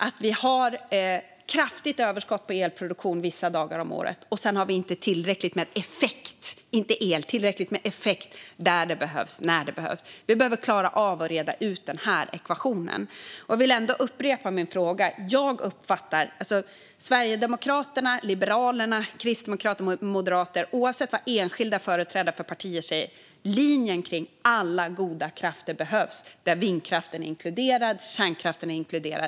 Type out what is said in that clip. Det finns ett kraftigt överskott på elproduktion vissa dagar om året, men sedan finns inte tillräcklig effekt - inte el - där det behövs när det behövs. Vi behöver reda ut den ekvationen. Jag vill ändå upprepa min fråga. Oavsett vad enskilda företrädare för Sverigedemokraterna, Liberalerna, Kristdemokraterna och Moderaterna säger är linjen att alla goda krafter behövs, där vindkraften och kärnkraften är inkluderad.